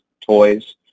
toys